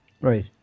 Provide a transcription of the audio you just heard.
Right